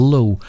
Low